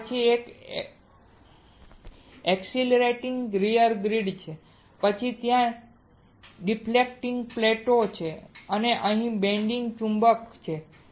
અને પછી એક એક્સિલરેટિંગ ગિયર ગ્રીડ છે પછી ત્યાં ડિફ્લેક્ટિંગ પ્લેટો છે અને અહીં બેન્ડિંગ ચુંબક છે